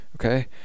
okay